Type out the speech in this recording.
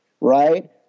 right